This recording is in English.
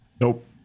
Nope